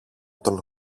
τον